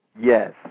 Yes